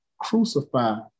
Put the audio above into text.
crucified